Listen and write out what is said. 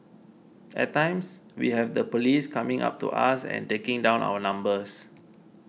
at times we have the police coming up to us and taking down our numbers